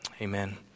Amen